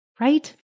right